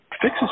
fixes